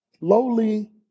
lowly